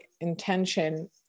intention